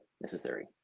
necessary